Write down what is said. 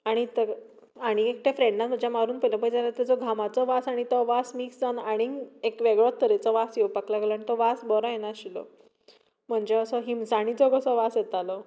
आनी एकट्या फ्रॅंडान तो मारून पयलो जाल्यार तेच्या घामाचो तो वास मिक्स जावन आनीक एक वेगळोच तरेचो वास येवपाक लागलो आनी तो वास बरो येना आशिल्लो म्हणजे असो हिंवसाणीचो असो वास येतालो